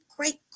Great